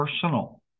personal